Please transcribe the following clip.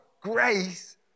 grace